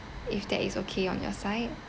if that is okay on your side